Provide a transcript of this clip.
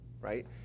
Right